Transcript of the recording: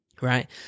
Right